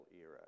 era